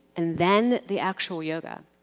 and then the actual yoga.